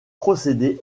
procédé